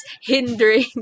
hindering